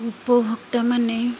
ଉପଭୋକ୍ତାମାନେ